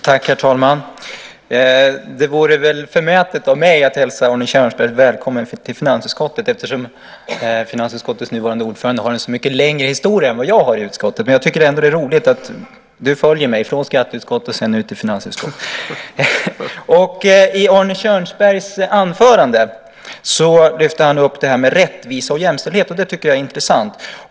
Herr talman! Det vore väl förmätet av mig att hälsa Arne Kjörnsberg välkommen till finansutskottet, eftersom finansutskottets nuvarande ordförande har en så mycket längre historia än vad jag har i utskottet. Men jag tycker ändå att det är roligt att du följt mig från skatteutskottet till finansutskottet. I sitt anförande lyfter Arne Kjörnsberg fram detta med rättvisa och jämställdhet. Det tycker jag är intressant.